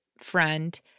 friend